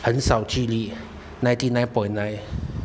很少去理 ninety nine point nine